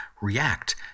react